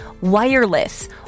wireless